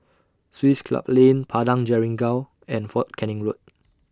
Swiss Club Lane Padang Jeringau and Fort Canning Road